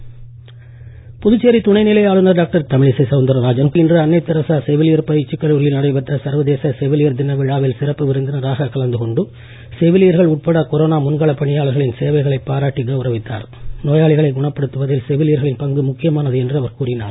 தமிழிசை செவிலியர் புதுச்சேரி துணைநிலை ஆளுநர் டாக்டர் தமிழிசைசவுந்தரராஜன் இன்று அன்னை தெரசா செவிலியர் பயிற்சி கல்லூரியில் நடைபெற்ற சர்வதேச செவிலியர் தின விழாவில் சிறப்பு விருந்தினராக கலந்து கொண்டு செவிலியர்கள் உட்பட கொரோனா முன்களப் பணியாளர்களின் சேவைகளை நோயாளிகளை குணப்படுத்துவதில் செவிலியர்களின் பங்கு மிக முக்கியமானது என்று அவர் கூறினார்